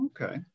Okay